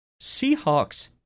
Seahawks